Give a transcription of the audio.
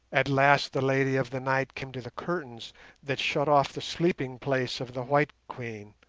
at last the lady of the night came to the curtains that shut off the sleeping place of the white queen,